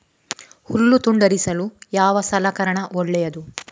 ಹುಲ್ಲು ತುಂಡರಿಸಲು ಯಾವ ಸಲಕರಣ ಒಳ್ಳೆಯದು?